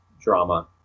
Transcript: drama